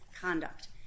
conduct